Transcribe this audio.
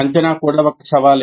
అంచనా కూడా ఒక సవాలు